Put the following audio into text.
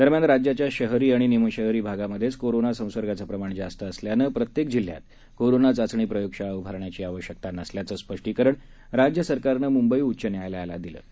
दरम्यान राज्याच्या शहरी आणि निमशहरी भागामधेच कोरोना संसर्गाचं प्रमाण जास्त असल्यानं प्रत्येक जिल्ह्यात कोरोना चाचणी प्रयोगशाळा उभारण्याची आवश्यकता नसल्याचं स्पष्टीकरण राज्यसरकानं मुंबई उच्च न्यायालयाला दिलं आहे